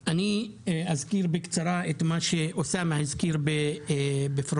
אזכיר בקצרה את מה שאוסאמה הזכיר בפרוטרוט.